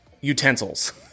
utensils